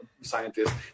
scientists